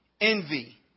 Envy